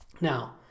Now